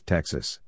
Texas